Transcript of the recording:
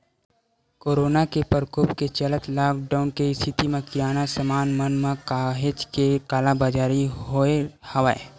corona के परकोप के चलत लॉकडाउन के इस्थिति म किराना समान मन म काहेच के कालाबजारी होय हवय